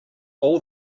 all